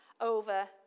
over